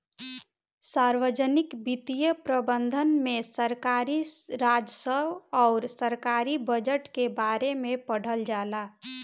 सार्वजनिक वित्तीय प्रबंधन में सरकारी राजस्व अउर सरकारी बजट के बारे में पढ़ल जाला